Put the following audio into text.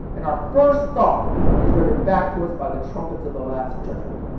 and our first thought is rendered back to us by the trumpets of the last judgment.